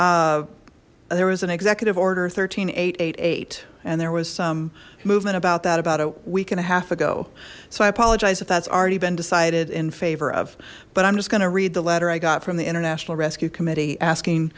was there was an executive order thirteen and there was some movement about that about a week and a half ago so i apologize if that's already been decided in favor of but i'm just going to read the letter i got from the international rescue committee asking